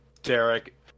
Derek